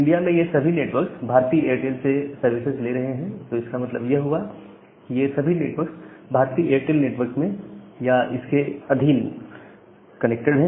India में ये सभी नेटवर्क्स भारती एयरटेल से सर्विसेस ले रहे हैं तो इसका मतलब यह हुआ कि ये सभी नेटवर्क्स भारती एयरटेल नेटवर्क में या इसके के अधीन कनेक्टेड है